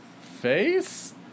face